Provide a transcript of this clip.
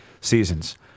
seasons